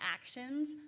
actions